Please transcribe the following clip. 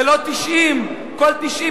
זה לא 90. כל 90,